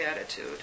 attitude